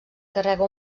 carrega